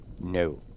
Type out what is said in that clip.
No